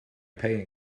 pay